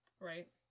Right